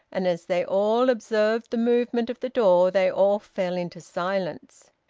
and as they all observed the movement of the door, they all fell into silence.